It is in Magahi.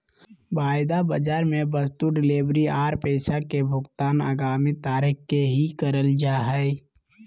वायदा बाजार मे वस्तु डिलीवरी आर पैसा के भुगतान आगामी तारीख के ही करल जा हय